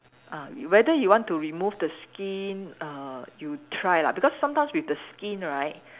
ah whether you want to remove the skin err you try lah because sometimes with the skin right